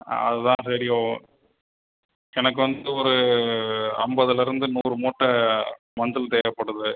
ஆ அதுதான் சரி ஓ எனக்கு வந்து ஒரு ஐம்பதுலேருந்து நூறு மூட்டை மஞ்சள் தேவைப்படுது